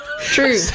True